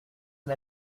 n’a